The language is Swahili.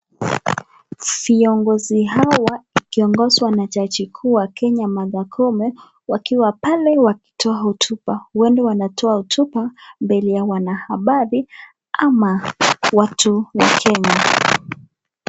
Viongozi hawa akiongosa na chaji kuu Martha koome wakiwa pale wakitoa hotuba huenda wanatoa hotuba mbele ya wanahabari ama watu wachenzi.